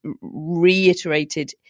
reiterated